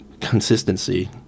consistency